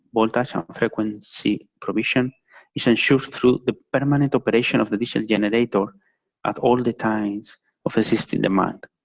voltage um frequency provision ensures through the permanent operation of the dc generator of all the kinds of the system demand.